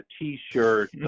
t-shirt